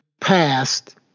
passed